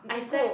I swear